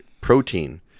protein